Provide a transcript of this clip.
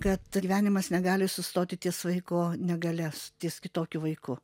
kad gyvenimas negali sustoti ties vaiko negalias ties kitokiu vaiku